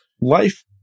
life